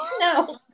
no